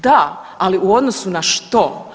Da, ali u odnosu na što?